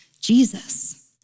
Jesus